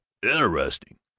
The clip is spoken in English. interesting!